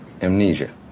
Amnesia